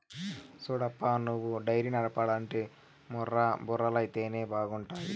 సూడప్పా నువ్వు డైరీ నడపాలంటే ముర్రా బర్రెలైతేనే బాగుంటాది